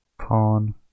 pawn